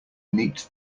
neat